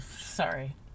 sorry